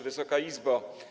Wysoka Izbo!